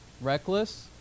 Reckless